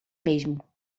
mesmo